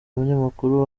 umunyamakuru